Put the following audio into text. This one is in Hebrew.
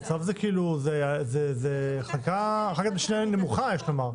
צו זה חקיקת משנה נמוכה, יש לומר.